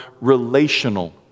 relational